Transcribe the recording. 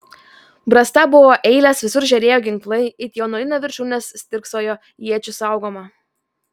brasta buvo eilės visur žėrėjo ginklai it jaunuolyno viršūnės stirksojo iečių saugoma